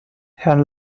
herrn